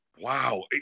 Wow